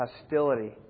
hostility